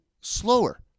slower